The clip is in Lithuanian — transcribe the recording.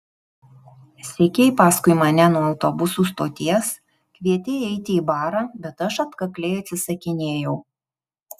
sekei paskui mane nuo autobusų stoties kvietei eiti į barą bet aš atkakliai atsisakinėjau